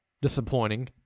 Disappointing